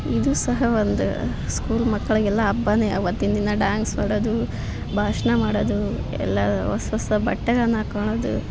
ಇದು ಸಹ ಒಂದು ಸ್ಕೂಲ್ ಮಕ್ಳಿಗೆಲ್ಲ ಹಬ್ಬನೇ ಅವತ್ತಿನ ದಿನ ಡ್ಯಾನ್ಸ್ ಆಡೋದು ಭಾಷಣ ಮಾಡೋದು ಎಲ್ಲ ಹೊಸ್ ಹೊಸ ಬಟ್ಟೆಗಳನ್ನು ಹಾಕೊಳೋದು